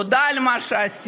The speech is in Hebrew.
תודה על מה שעשיתם.